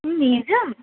నిజం